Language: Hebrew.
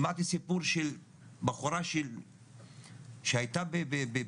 שמעתי סיפור של בחורה שהייתה